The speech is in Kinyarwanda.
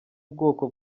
ubwoko